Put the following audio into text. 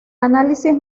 análisis